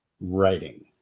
writing